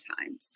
times